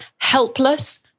helpless